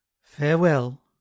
farewell